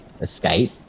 escape